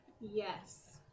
Yes